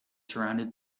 surrounded